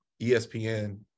espn